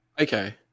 Okay